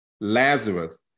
Lazarus